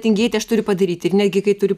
tingėti aš turiu padaryti ir netgi kai turi